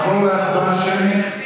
נעבור להצבעה שמית.